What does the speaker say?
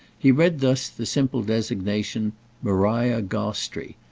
he read thus the simple designation maria gostrey,